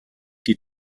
die